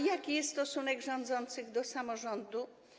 Jaki jest stosunek rządzących do samorządu?